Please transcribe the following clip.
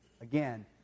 again